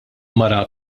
mara